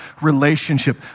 relationship